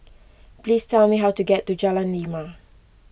please tell me how to get to Jalan Lima